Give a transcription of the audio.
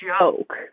joke